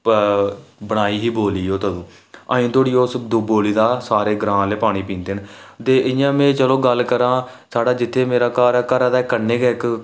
बनाई ही बौली ओह् तदूं अजें धोड़ी ओह् इस बौली दा सारे ग्रांऽ आह्ले पानी पींदे न ते इ'यां में चलो गल्ल करां साढ़े जेह्ड़ा जित्थै मेरा घर ऐ घरै दे कन्नै गै इक